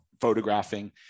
photographing